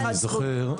אני זוכר,